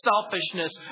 selfishness